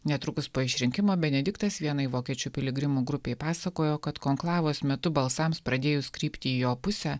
netrukus po išrinkimo benediktas vienai vokiečių piligrimų grupei pasakojo kad konklavos metu balsams pradėjus krypti į jo pusę